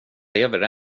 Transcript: lever